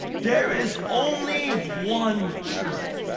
there is only one truth.